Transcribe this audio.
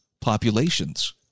populations